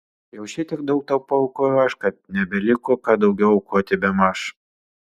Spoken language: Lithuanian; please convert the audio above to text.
jau šitiek daug tau paaukojau aš kad nebeliko ką daugiau aukoti bemaž